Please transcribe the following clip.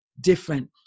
different